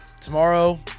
Tomorrow